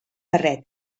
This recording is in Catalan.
barret